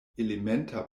elementa